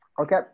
okay